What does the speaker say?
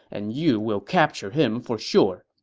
and you will capture him for sure.